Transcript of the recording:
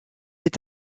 est